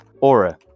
Aura